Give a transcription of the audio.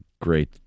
great